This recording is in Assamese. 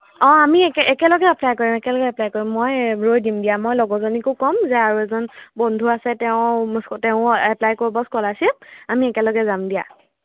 অঁ আমি একো একেলগে এপ্লাই কৰিম একেলগে এপ্লাই কৰিম মই ৰৈ দিম দিয়া মই লগৰজনীকো ক'ম যে আৰু এজন বন্ধু আছে তেওঁ তেওঁ এপ্লাই কৰিব স্কলাৰশ্বিপ আমি একেলগে যাম দিয়া